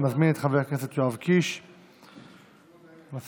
אני מזמין את חבר הכנסת יואב קיש לשאת דברים,